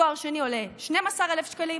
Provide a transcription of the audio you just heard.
תואר שני עולה 12,000 שקלים,